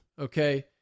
Okay